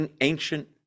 ancient